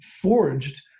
forged